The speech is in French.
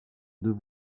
deux